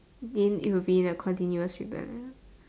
mean it will be in a continuous rebellion